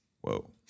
Whoa